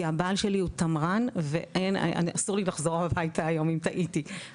הבעל שלי הוא "תמרן" ואסור לי לחזור לי הביתה היום אם טעיתי,